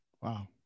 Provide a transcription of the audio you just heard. Wow